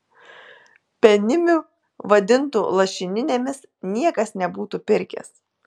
penimių vadintų lašininėmis niekas nebūtų pirkęs